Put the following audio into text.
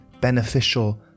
beneficial